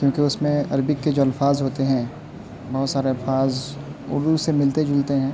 کیونکہ اس میں عربک کے جو الفاظ ہوتے ہیں بہت سارے الفاظ اردو سے ملتے جلتے ہیں